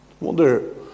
wonder